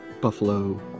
buffalo